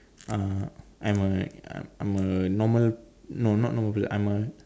uh I'm like I'm a normal no not normal person I'm a